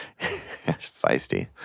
feisty